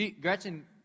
Gretchen